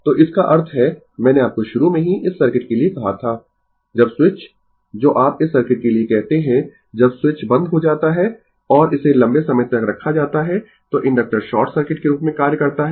तो इसका अर्थ है मैंने आपको शुरू में ही इस सर्किट के लिए कहा था जब स्विच जो आप इस सर्किट के लिए कहते है जब स्विच बंद हो जाता है और इसे लंबे समय तक रखा जाता है तो इंडक्टर शॉर्ट सर्किट के रूप में कार्य करता है